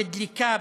בדלקה,